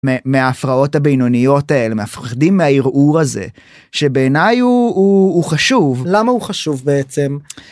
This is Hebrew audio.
מההפרעות הבינוניות האלה מפחדים מהערעור הזה שבעיני הוא חשוב. למה הוא חשוב בעצם?